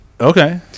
okay